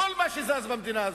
כל מה שזז במדינה הזאת.